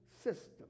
system